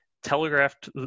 telegraphed